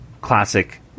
classic